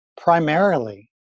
primarily